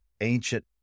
ancient